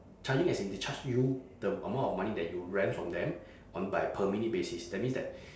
charging as in they charge you the amount of money that you rent from them on by per minute basis that means that